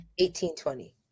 1820